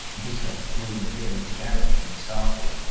in his case brewing the beer in his garage when he started,